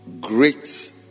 great